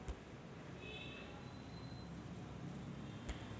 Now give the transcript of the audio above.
हजारो वर्षांपासून इंधनासाठी लाकूड वापरला जात आहे